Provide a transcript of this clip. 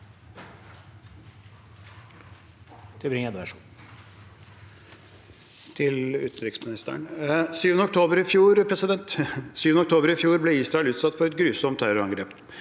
7. oktober i fjor ble Israel utsatt for et grusomt terrorangrep.